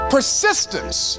Persistence